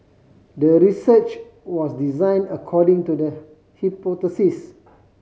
the research was design according to the hypothesis